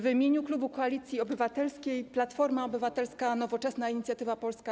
W imieniu klubu Koalicja Obywatelska - Platforma Obywatelska, Nowoczesna, Inicjatywa Polska,